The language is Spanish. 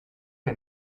que